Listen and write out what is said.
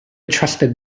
trusted